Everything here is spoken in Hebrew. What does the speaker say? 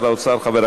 ושלישית.